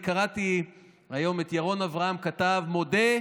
אני קראתי היום את הכתב ירון אברהם: מודה,